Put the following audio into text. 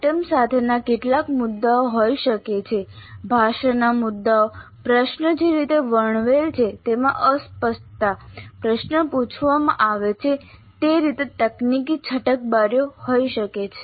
items સાથેના કેટલાક મુદ્દાઓ હોઈ શકે છે ભાષાના મુદ્દાઓ પ્રશ્ન જે રીતે વર્ણવેલ છે તેમાં અસ્પષ્ટતા પ્રશ્ન પૂછવામાં આવે છે તે રીતે તકનીકી છટકબારીઓ હોઈ શકે છે